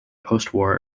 postwar